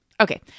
Okay